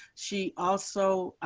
she also